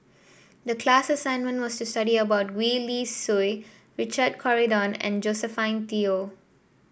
the class assignment was to study about Gwee Li Sui Richard Corridon and Josephine Teo